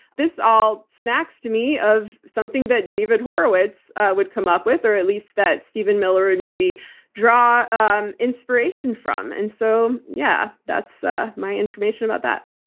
this all smacks to me of something that david horowitz would come up with, or at least that stephen miller would maybe draw um inspiration from. and so, yeah, that's ah my information about that.